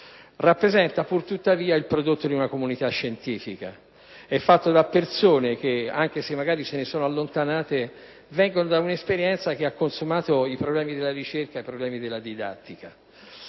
rappresenta pur tuttavia il prodotto di una comunità scientifica. È fatto da persone che, anche se magari se ne sono allontanate, vengono da un'esperienza che ha consumato i problemi della ricerca e della didattica.